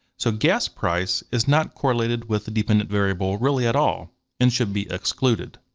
so gas price is not correlated with the dependent variable really at all and should be excluded.